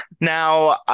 Now